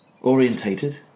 orientated